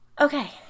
Okay